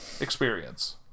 experience